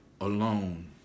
alone